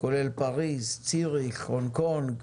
כולל פריז, ציריך, הונג קונג,